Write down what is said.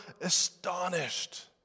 astonished